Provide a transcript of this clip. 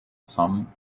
some